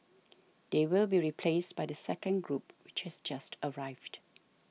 they will be replaced by the second group which has just arrived